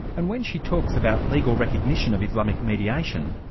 and when she talks about legal recognition of islamic mediation,